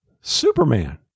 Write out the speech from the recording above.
Superman